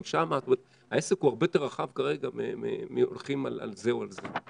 זאת אומרת העסק הוא יותר רחב מהולכים על זה או על זה.